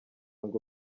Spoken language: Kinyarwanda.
ngo